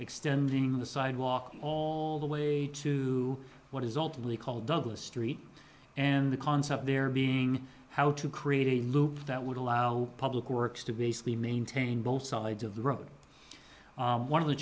extending the sidewalk all the way to what is ultimately called douglas street and the concept there being how to create a loop that would allow public works to basically maintain both sides of the road one of the